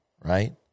Right